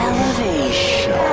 Elevation